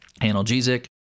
analgesic